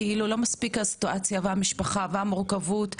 לא מספיק הסיטואציה והמשפחה והמורכבות,